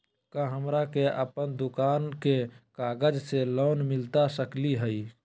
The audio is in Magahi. का हमरा के अपन दुकान के कागज से लोन मिलता सकली हई?